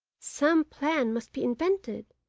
some plan must be invented,